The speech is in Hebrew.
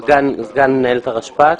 סגן מנהלת הרשפ"ת.